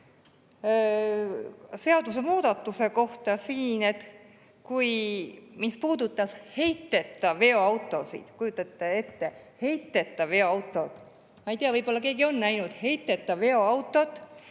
seadusemuudatuse kohta, mis puudutas heiteta veoautosid. Kujutage ette, heiteta veoautod! Ma ei tea, võib-olla keegi on näinud heiteta veoautot,